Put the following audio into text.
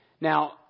Now